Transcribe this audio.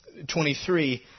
23